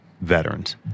veterans